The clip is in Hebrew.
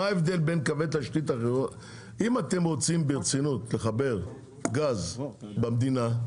אם אתם רוצים ברצינות לחבר גז במדינה,